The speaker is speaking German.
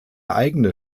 eigene